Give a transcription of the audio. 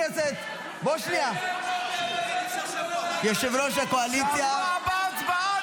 --- יושב-ראש הקואליציה --- בשבוע הבא הצבעה,